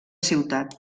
ciutat